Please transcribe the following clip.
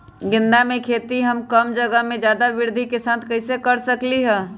गेंदा के खेती हम कम जगह में ज्यादा वृद्धि के साथ कैसे कर सकली ह?